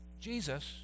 Jesus